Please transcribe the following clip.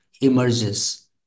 emerges